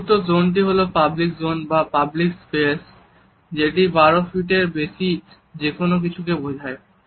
চতুর্থ জোনটি হলো পাবলিক জোন বা পাবলিক স্পেস যেটি 12 ফিটের বেশি যেকোনো কিছু বোঝায়